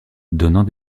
donnant